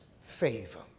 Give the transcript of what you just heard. favor